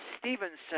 Stevenson